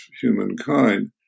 humankind